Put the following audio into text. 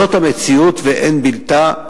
זאת המציאות ואין בלתה,